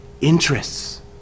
interests